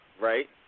Right